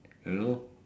you know